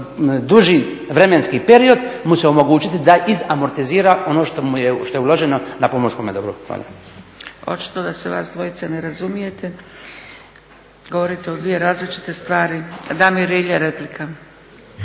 duži vremenski period mu se omogućiti da izamortizira ono što je uloženo na pomorskome dobru. Hvala. **Zgrebec, Dragica (SDP)** Očito da se vas dvojica ne razumijete, govorite o dvije različite stvari. Damir Rilje, replika.